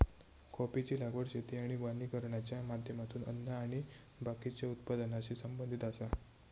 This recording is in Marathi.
कॉफीची लागवड शेती आणि वानिकरणाच्या माध्यमातून अन्न आणि बाकीच्या उत्पादनाशी संबंधित आसा